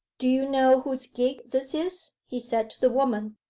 do you know whose gig this is he said to the woman.